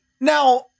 Now